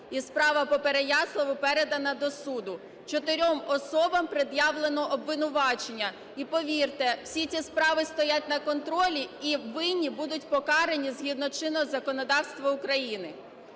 і справа по Переяславу передана до суду. 4 особам пред'явлено обвинувачення, і, повірте, всі ці справи стоять на контролі і винні будуть покарані згідно чинного законодавства України.